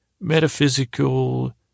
metaphysical